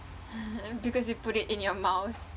because you put it in your mouth